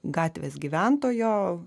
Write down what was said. gatvės gyventojo